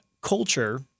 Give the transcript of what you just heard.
culture –